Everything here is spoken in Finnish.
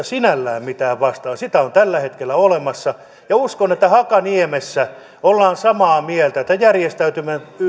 sinällään sitä on tällä hetkellä olemassa ja uskon että hakaniemessä ollaan samaa mieltä että järjestäytynyt